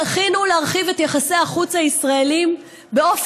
זכינו להרחיב את יחסי החוץ של ישראל באופן